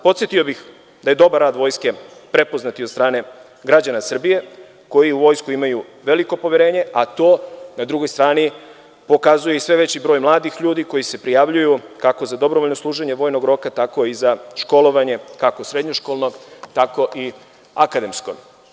Podsetio bih da je dobar rad vojske prepoznat i od strane građana Srbije, koji u vojsku imaju puno poverenje, a to na drugoj strani pokazuje i sve veći broj mladih ljudi koji se prijavljuju, kako za dobrovoljno služenje vojnog roka, tako i za školovanje, kako srednjoškolnog, tako i akademskog.